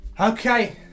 Okay